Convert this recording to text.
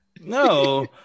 No